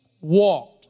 walked